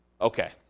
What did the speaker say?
okay